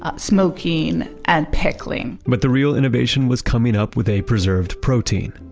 ah smoking, and pickling but the real innovation was coming up with a preserved protein.